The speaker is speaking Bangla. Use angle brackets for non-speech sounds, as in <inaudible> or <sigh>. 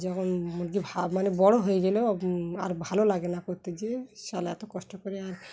যখন কি <unintelligible> মানে বড়ো হয়ে গেলেও আর ভালো লাগে না করতে যেয়ে <unintelligible> এত কষ্ট করে আর